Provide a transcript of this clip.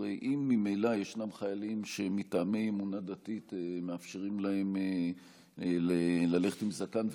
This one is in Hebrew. הרי אם ממילא ישנם חיילים שמטעמי אמונה דתית מאפשרים להם ללכת עם זקן,